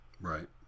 Right